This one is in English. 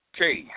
Okay